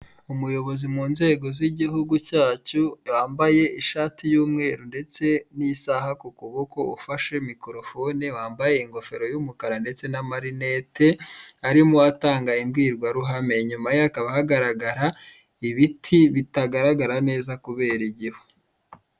Umuyobozi mu nzego z'igihugu cyacu wambaye ishati y'umweru ndetse n'isaha ku kuboko ufashe mikorofone wambaye ingofero y'umukara ndetse n'amarinete arimo atanga imbwirwaruhame. Inyuma ye hakaba hagaragara ibiti bitagaragara neza kubera igihu.